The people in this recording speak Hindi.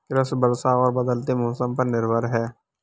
कृषि वर्षा और बदलते मौसम पर निर्भर है